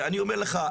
ואני אומר לך,